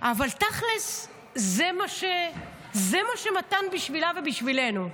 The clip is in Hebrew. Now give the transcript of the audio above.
אבל תכלס זה מה שמתן בשבילה ובשבילנו.